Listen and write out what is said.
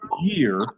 year